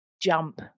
jump